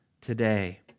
today